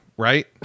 right